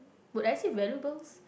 would I say valuables